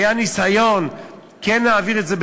היה ניסיון כן להעביר את זה,